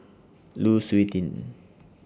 Lu Suitin